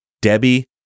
Debbie